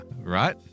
right